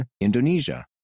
Indonesia